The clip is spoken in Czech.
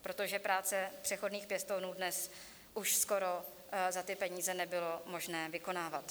Protože práce přechodných pěstounů dnes už skoro za ty peníze nebylo možné vykonávat.